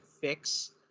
fix